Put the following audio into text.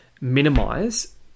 minimize